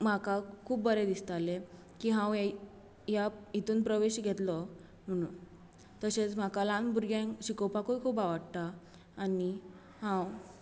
म्हाका खूब बरें दिसतालें की हांव ह्या हातूंत प्रवेश घेतलो म्हणून तशेंच म्हाका ल्हान भुरग्यांक शिकोवपाकूय खूब आवडटा आनी हांव